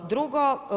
Drugo.